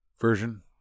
version